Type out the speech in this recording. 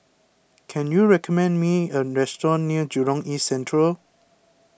can you recommend me a restaurant near Jurong East Central